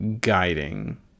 guiding